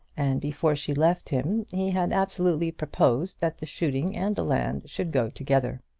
and before she left him he had absolutely proposed that the shooting and the land should go together.